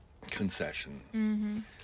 concession